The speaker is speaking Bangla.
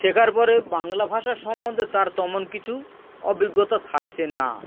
শেখার পরে বাংলা ভাষা সম্বন্ধে তার তেমন কিছু অভিজ্ঞতা থাকছে না